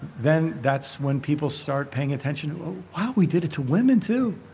then that's when people start paying attention we did it to women too.